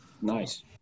Nice